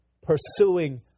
pursuing